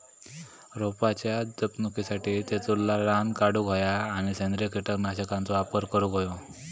रोपाच्या जपणुकीसाठी तेतुरला रान काढूक होया आणि सेंद्रिय कीटकनाशकांचो वापर करुक होयो